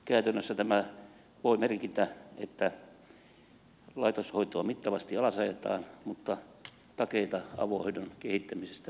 käytännössä tämä voi merkitä että laitoshoitoa mittavasti alasajetaan mutta takeita avohoidon kehittämisestä ei ole